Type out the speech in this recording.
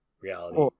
reality